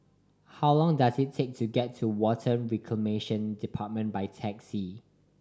how long does it take to get to Water Reclamation Department by taxi